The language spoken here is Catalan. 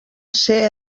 ser